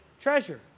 treasure